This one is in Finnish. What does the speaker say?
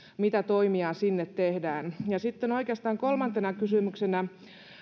mitä toimia sinne tehdään sitten oikeastaan kolmantena kysymyksenä